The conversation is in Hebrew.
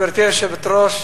גברתי היושבת-ראש,